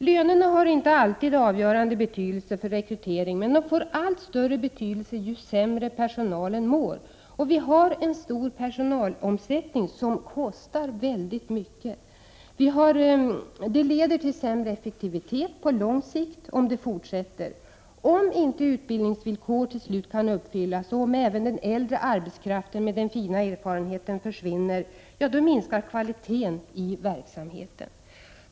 Lönerna har inte alltid avgörande betydelse för rekrytering, men de får allt större betydelse ju sämre personalen mår. Vi har en stor personalomsättning som kostar väldigt mycket. Det leder till sämre effektivitet på lång sikt om det fortsätter. Om inte utbildningsvillkor till slut kan uppfyllas och om även den äldre arbetskraften med den fina erfarenheten försvinnner, ja, då minskar kvaliteten i verksamheten.